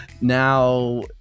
now